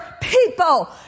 people